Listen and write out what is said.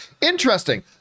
Interesting